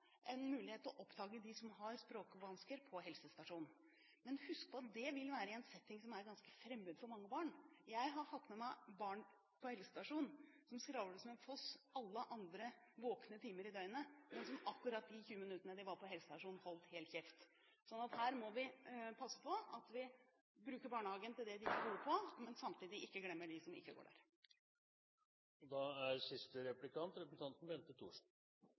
en mulighet til å oppdage dem som har språkvansker, på helsestasjonen. Men husk på at det vil være i en setting som er ganske fremmed for mange barn. Jeg har hatt med meg barn på helsestasjonen som skravler som en foss alle andre våkne timer i døgnet, men som akkurat de 20 minuttene de var på helsestasjonen, holdt helt kjeft. Så her må vi passe på at vi bruker barnehagen til det de er gode på, men at vi samtidig ikke glemmer dem som ikke går der. Jeg vil benytte muligheten til å friske opp, og